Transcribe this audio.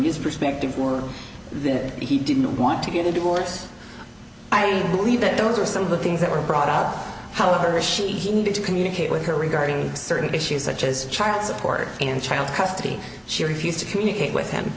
user perspective world that he didn't want to get a divorce i believe that those are some of the things that were brought out however she needed to communicate with her regarding certain issues such as child support and child custody she refused to communicate with him